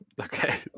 Okay